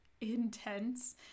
intense